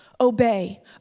Obey